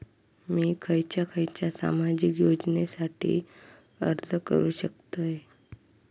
मी खयच्या खयच्या सामाजिक योजनेसाठी अर्ज करू शकतय?